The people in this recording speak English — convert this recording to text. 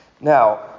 Now